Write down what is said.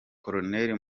koloneli